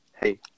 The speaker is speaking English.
Hey